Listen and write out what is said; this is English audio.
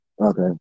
Okay